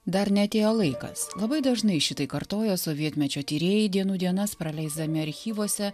dar neatėjo laikas labai dažnai šitai kartojo sovietmečio tyrėjai dienų dienas praleisdami archyvuose